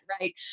right